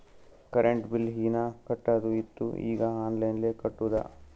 current bill ಹೀನಾ ಕಟ್ಟದು ಇತ್ತು ಈಗ ಆನ್ಲೈನ್ಲೆ ಕಟ್ಟುದ